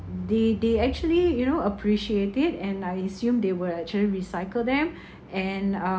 they they actually you know appreciate it and I assume they will actually recycle them and